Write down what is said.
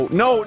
no